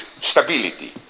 stability